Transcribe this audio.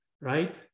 right